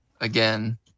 again